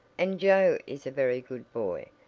and joe is a very good boy,